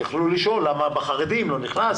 יוכלו לשאול למה בחרדים לא נכנס,